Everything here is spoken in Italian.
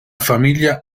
famiglia